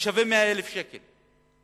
ששווה 100,000 שקל,